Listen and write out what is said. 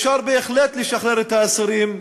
אפשר בהחלט לשחרר את האסירים,